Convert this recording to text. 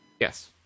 Yes